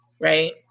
right